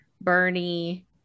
bernie